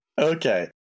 Okay